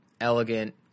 elegant